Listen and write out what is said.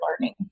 learning